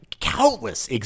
countless